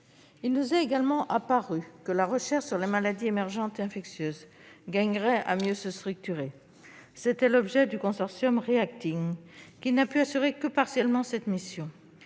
Il nous a également semblé que la recherche sur les maladies émergentes et infectieuses gagnerait à mieux se structurer. C'était l'objet du consortium REACTing, qui n'a pu assurer cette mission